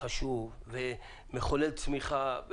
מחולל צמיחה.